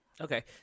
Okay